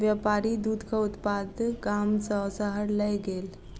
व्यापारी दूधक उत्पाद गाम सॅ शहर लय गेल